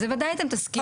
ודאי אתם תסכימו.